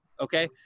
Okay